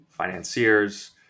financiers